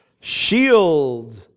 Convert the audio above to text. shield